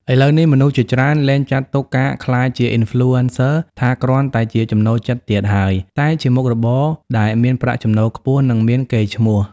ឥឡូវនេះ មនុស្សជាច្រើនលែងចាត់ទុកការក្លាយជា Influencer ថាគ្រាន់តែជាចំណូលចិត្តទៀតហើយ តែជាមុខរបរដែលមានប្រាក់ចំណូលខ្ពស់ និងមានកេរ្តិ៍ឈ្មោះ។